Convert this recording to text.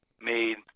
made